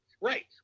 right